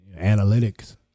Analytics